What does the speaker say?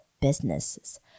businesses